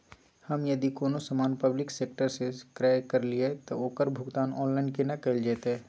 हम यदि कोनो सामान पब्लिक सेक्टर सं क्रय करलिए त ओकर भुगतान ऑनलाइन केना कैल जेतै?